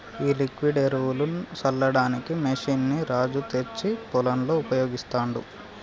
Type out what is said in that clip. ఈ లిక్విడ్ ఎరువులు సల్లడానికి మెషిన్ ని రాజు తెచ్చి పొలంలో ఉపయోగిస్తాండు